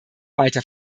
weiter